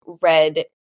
red